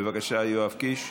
בבקשה, יואב קיש.